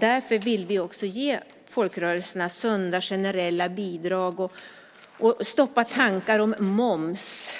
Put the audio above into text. Därför vill vi också ge folkrörelserna sunda generella bidrag och stoppa undan tankarna om moms